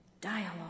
Dialogue